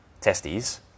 testes